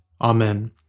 Amen